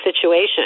situation